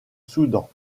soudan